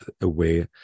away